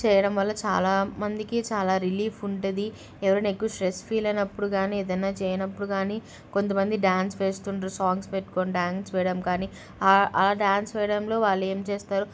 చేయడం వల్ల చాలామందికి చాలా రిలీఫ్ ఉంటుంది ఎవరైనా ఎక్కువ స్ట్రెస్ ఫీల్ అయినప్పుడు కానీ ఏదైనా చేయనప్పుడు కానీ కొంతమంది డ్యాన్స్ వేస్తున్నారు సాంగ్స్ పెట్టుకొని డ్యాన్స్ వేయడం కానీ ఆ ఆ డ్యాన్స్ వేయడంలో వాళ్ళు ఏం చేస్తారు